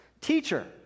Teacher